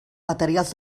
materials